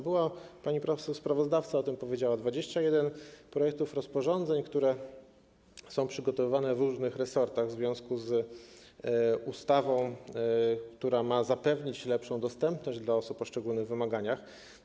Było - pani poseł sprawozdawca o tym powiedziała - 21 projektów rozporządzeń przygotowywanych w różnych resortach w związku z ustawą, która ma zapewnić lepszą dostępność dla osób o szczególnych wymaganiach.